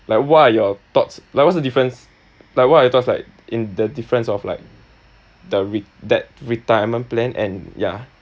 like what are your thoughts like what's the difference like what are your thoughts like in the difference of like the re~ that retirement plan and yeah